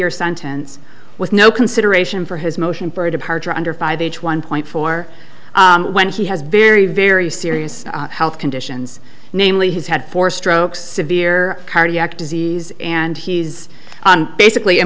year sentence with no consideration for his motion bird departure under five h one point four when he has very very serious health conditions namely he's had four stroke severe cardiac disease and he's basically